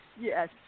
Yes